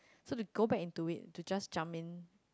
so to go back into it to just jumps in